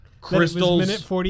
Crystal's